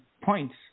points